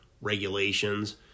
regulations